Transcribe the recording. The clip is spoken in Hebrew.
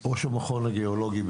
בבקשה, ראש המכון הגיאולוגי.